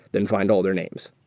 then find all their names